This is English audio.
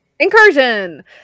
incursion